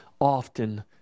often